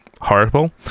horrible